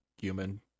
human